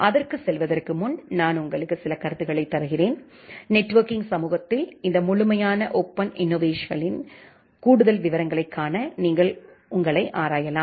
அதற்குச் செல்வதற்கு முன் நான் உங்களுக்கு சில கருத்துக்களை தருகிறேன் நெட்வொர்க்கிங் சமூகத்தில் இந்த முழுமையான ஓபன் இன்னோவேஷன்களின் கூடுதல் விவரங்களை காண நீங்கள் உங்களை ஆராயலாம்